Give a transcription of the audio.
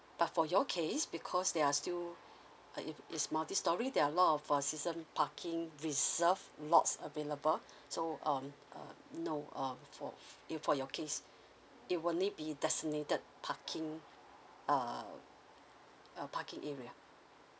but for your case because there're still uh if it's multistorey there are a lot of uh season parking reserved lots available so um uh no uh for if for your case it will only be designated parking uh a parking area